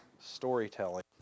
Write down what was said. storytelling